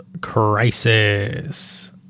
Crisis